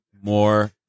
more